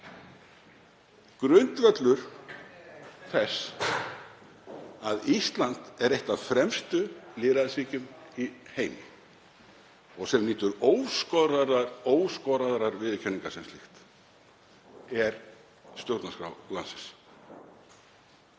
Grundvöllur þess að Ísland er eitt af fremstu lýðræðisríkjum í heimi og nýtur óskoraðrar viðurkenningar sem slíkt er stjórnarskrá landsins.